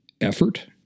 effort